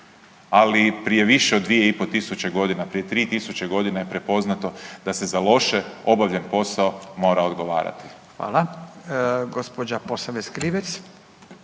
ali prije više od 2 i po tisuće godina, prije 3 tisuća godina je prepoznato da se za loše obavljen posao mora odgovarati. **Radin, Furio